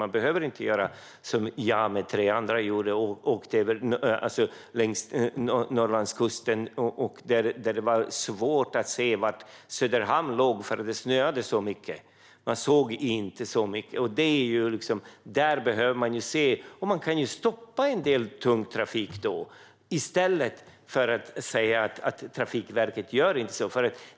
Man behöver inte göra som jag och tre andra gjorde när vi åkte längs Norrlandskusten och det var svårt att se var Söderhamn låg eftersom det snöade så mycket. Man såg inte så mycket alls. I sådana lägen kan man stoppa en del tung trafik i stället för att säga att Trafikverket inte gör något.